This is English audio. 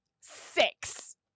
six